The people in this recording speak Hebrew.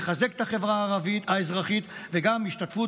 יחזק את החברה האזרחית וגם השתתפות